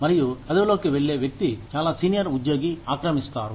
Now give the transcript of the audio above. మరియు పదవిలోకి వెళ్లే వ్యక్తి చాలా సీనియర్ ఉద్యోగి ఆక్రమిస్తారు